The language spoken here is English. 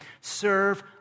Serve